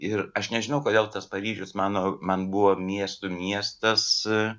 ir aš nežinau kodėl tas paryžius mano man buvo miestų miestas